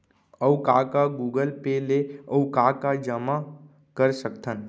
अऊ का का गूगल पे ले अऊ का का जामा कर सकथन?